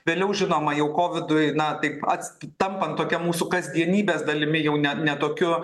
vėliau žinoma jau kovidui na taip ats tampant tokia mūsų kasdienybės dalimi jau ne ne tokiu